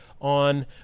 on